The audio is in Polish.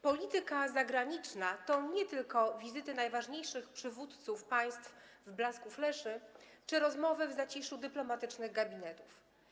Polityka zagraniczna to nie tylko wizyty najważniejszych przywódców państw w blasku fleszy czy rozmowy w zaciszu dyplomatycznych gabinetów.